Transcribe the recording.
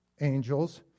angels